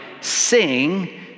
sing